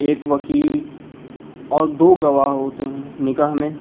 ایک وکیل اور دو گواہ ہوتے ہیں نکاح میں